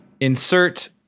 insert